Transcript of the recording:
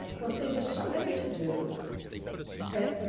what they decided to do and ah